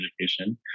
education